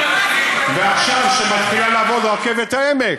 ועכשיו מתחילה לעבוד רכבת העמק,